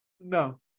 No